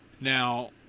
Now